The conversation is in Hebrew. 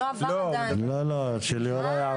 של יוראי עבר.